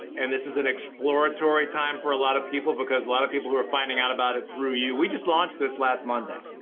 and this is an exploratory time for a lot of people because a lot of people who are finding out about it through you, we just launched this last monday.